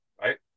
Right